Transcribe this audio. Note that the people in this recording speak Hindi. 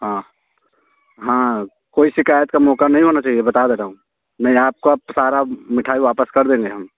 हाँ हाँ कोई शिकायत का मौका नहीं होना चाहिए बता दे रहा हूँ नहीं आपको आप सारा मिठाई वापस कर देंगे हम